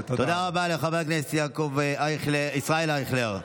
תודה רבה לחבר הכנסת ישראל אייכלר.